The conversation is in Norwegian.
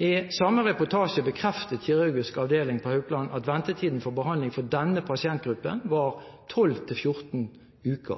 I samme reportasje bekreftet kirurgisk avdeling på Haukeland at ventetiden for behandling for denne pasientgruppen var 12–14 uker,